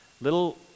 little